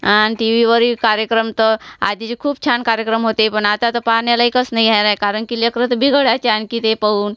आणि टी वीवरील कार्यक्रम तर आधीचे खूप छान कार्यक्रम होते पण आता तर पाहण्यालायकच नाही ह्याला आहे कारण की लेकरंच बिघडायचे आणखी ते पाहून